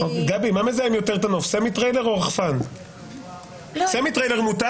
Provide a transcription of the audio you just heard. גבי, מה מזהם יותר את הנוף, סמיטריילר או רחפן?